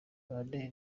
bane